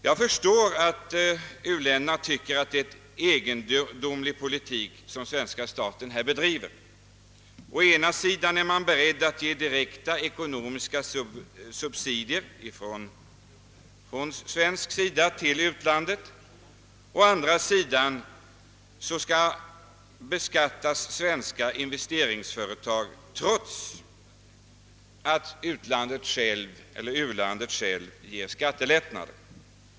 Jag förstår att u-länderna tycker att detta är en egendomlig politik som den svenska staten bedriver. Å ena sidan är man här beredd att ge direkta ekonomiska subsidier till u-landet, å den andra skall svenska investeringsföretag beskattas, trots att u-landet självt ger skattelättnader.